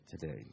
today